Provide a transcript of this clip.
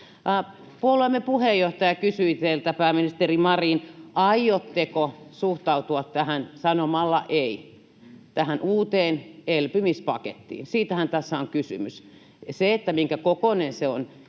Puolueemme puheenjohtaja kysyi teiltä, pääministeri Marin, aiotteko suhtautua tähän uuteen elpymispakettiin sanomalla ”ei”. Siitähän tässä on kysymys. Siitä, minkäkokoinen se on,